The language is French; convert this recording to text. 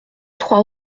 trois